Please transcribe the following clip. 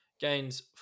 gains